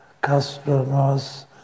customers